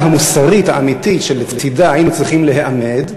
המוסרית האמיתית שלצדה היינו צריכים להיעמד,